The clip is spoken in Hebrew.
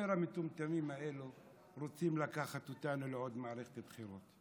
אומר: המטומטמים האלה רוצים לקחת אותנו לעוד מערכת בחירות.